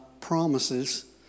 promises